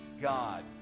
God